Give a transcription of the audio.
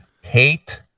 Hate